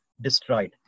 destroyed